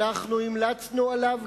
אנחנו המלצנו עליו,